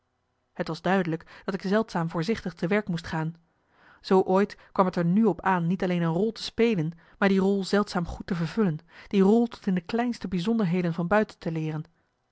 het was duidelijk dat ik zeldzaam voorzichtig te marcellus emants een nagelaten bekentenis werk moest gaan zoo ooit kwam t er nu op aan niet alleen een rol te spelen maar die rol zeldzaam goed te vervullen die rol tot in de kleinste bijzonderheden van buiten te leeren